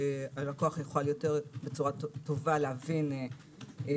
שהלקוח יוכל בצורה טובה יותר להבין את